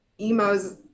Emos